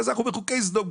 אז אנחנו בחוקי סדום,